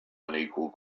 unequal